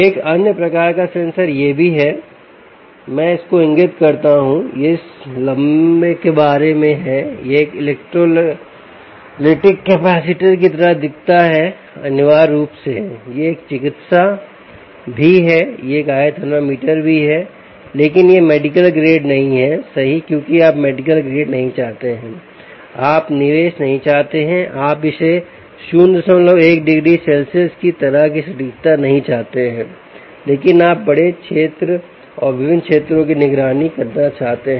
एक अन्य प्रकार का सेंसर यह भी है मैं इसको इंगित करता हूं यह इस लंबे के बारे में है यह एक इलेक्ट्रोलाइटिक कैपेसिटर की तरह दिखता है अनिवार्य रूप से यह एक चिकित्सा भी है यह एक IR थर्मामीटर भी है लेकिन यह मेडिकल ग्रेड नहीं है सही क्योंकि आप मेडिकल ग्रेड नहीं चाहते हैं आप निवेश नहीं चाहते हैं आप इस 01 डिग्री सेल्सियस की तरह की सटीकता नहीं चाहते हैं लेकिन आप एक बड़े क्षेत्र और विभिन्न क्षेत्रों की निगरानी करना चाहते हैं